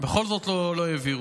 ובכל זאת לא העבירו.